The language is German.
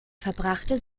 verbrachte